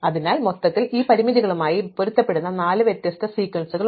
അതിനാൽ മൊത്തത്തിൽ ഈ പരിമിതികളുമായി പൊരുത്തപ്പെടുന്ന നാല് വ്യത്യസ്ത സീക്വൻസുകൾ ഉണ്ട്